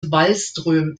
wallström